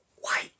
White